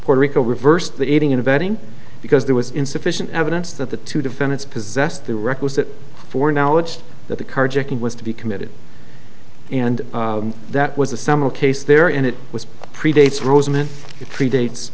puerto rico reversed the aiding and abetting because there was insufficient evidence that the two defendants possessed the requisite for knowledge that the carjacking was to be committed and that was a similar case there and it was predates